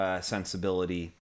sensibility